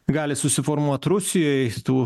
gali susiformuot rusijoj tų